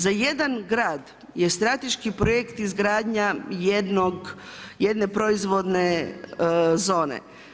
Za jedan grad je strateški projekt izgradnja jednog, jedne proizvodne zone.